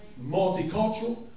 Multicultural